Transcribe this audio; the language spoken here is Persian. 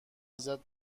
ازت